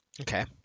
okay